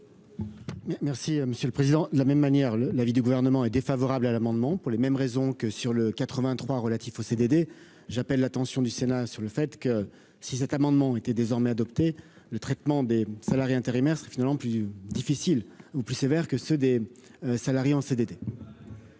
Merci monsieur le président de la même manière le l'avis du Gouvernement est défavorable à l'amendement pour les mêmes raisons que sur le 83 relatifs aux CDD, j'appelle l'attention du Sénat sur le fait que si cet amendement était désormais adopter le traitement des salariés intérimaires sera finalement plus difficile ou plus sévères que ceux des salariés en CDD.